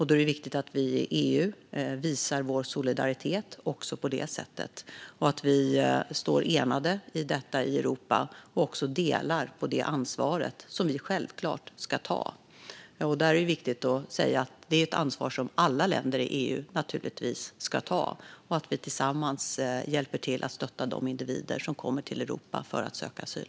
Då är det viktigt att vi i EU visar vår solidaritet också på det sättet, att vi står enade i detta i Europa och också delar på det ansvar som vi självklart ska ta. Där är det viktigt att säga att det är ett ansvar som alla länder i EU naturligtvis ska ta och att vi tillsammans hjälper till att stötta de individer som kommer till Europa för att söka asyl.